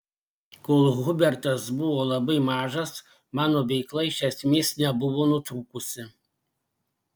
kol hubertas buvo labai mažas mano veikla iš esmės nebuvo nutrūkusi